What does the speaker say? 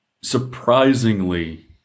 surprisingly